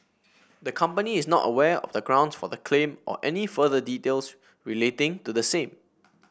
the company is not aware of the grounds for the claim or any further details relating to the same